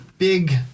Big